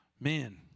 man